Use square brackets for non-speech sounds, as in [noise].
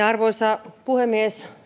[unintelligible] arvoisa puhemies